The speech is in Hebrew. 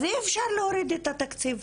אז אי אפשר להוריד את התקציב.